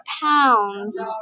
pounds